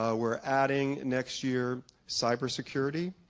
ah we're adding next year cybersecurity,